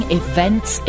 events